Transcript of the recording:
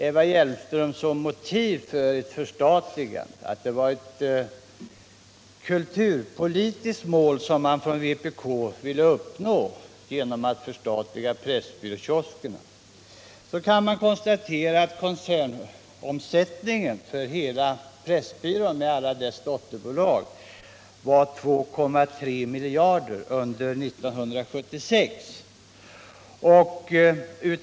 Eva Hjelmström angav som motiv för förstatligande att det är ett kulturpolitiskt mål som vpk vill nå genom att förstatliga Pressbyråkioskerna. Man kan då konstatera att koncernomsättningen för hela Pressbyrån med alla dess dotterbolag var 2,3 miljarder under 1976.